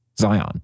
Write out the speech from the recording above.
Zion